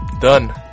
Done